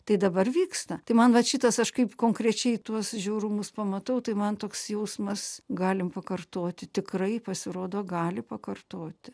tai dabar vyksta tai man vat šitas aš kaip konkrečiai tuos žiaurumus pamatau tai man toks jausmas galim pakartoti tikrai pasirodo gali pakartoti